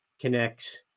connects